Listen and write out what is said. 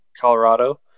Colorado